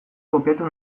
kopiatu